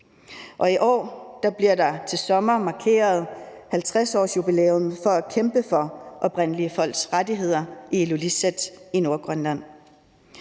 sommeren 2026, og til sommer markeres 50-årsjubilæet for kampen for oprindelige folks rettigheder i Ilulissat i Nordgrønland.